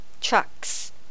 Trucks